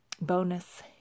bonus